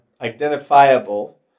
identifiable